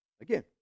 Again